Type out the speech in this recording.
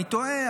אני תוהה,